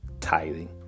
tithing